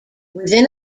within